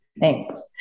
Thanks